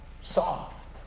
soft